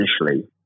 initially